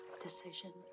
decision